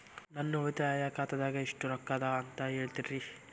ನನ್ನ ಉಳಿತಾಯ ಖಾತಾದಾಗ ಎಷ್ಟ ರೊಕ್ಕ ಅದ ಅಂತ ಹೇಳ್ತೇರಿ?